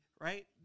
right